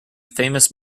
famous